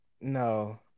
No